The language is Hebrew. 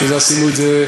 בשביל זה עשינו את זה,